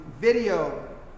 video